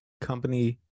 company